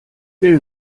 will